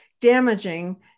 damaging